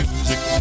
music